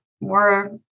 more